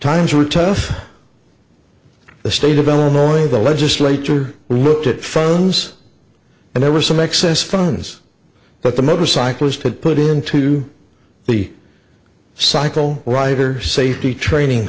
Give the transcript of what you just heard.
times were tough the state of illinois the legislature looked at phones and there were some excess funds but the motorcyclist had put into the cycle rider safety training